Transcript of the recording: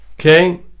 Okay